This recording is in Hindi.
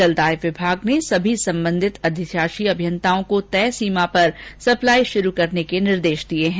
जलदाय विभाग ने सभी संबंधित अधिशाषी अभियन्ताओं को तय सीमा पर सप्लाई शुरू करने के निर्देश दिए है